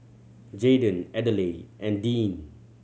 Jaden Adelaide and Deane